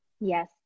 Yes